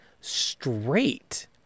straight